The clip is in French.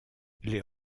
les